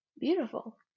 beautiful